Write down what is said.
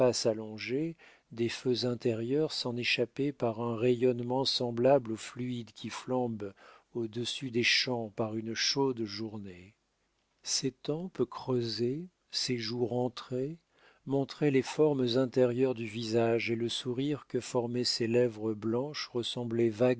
des feux intérieurs s'en échappaient par un rayonnement semblable au fluide qui flambe au-dessus des champs par une chaude journée ses tempes creusées ses joues rentrées montraient les formes intérieures du visage et le sourire que formaient ses lèvres blanches ressemblait